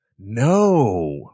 No